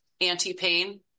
anti-pain